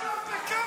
אחים שלך בקפלן,